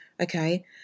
okay